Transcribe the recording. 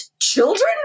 Children